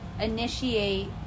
initiate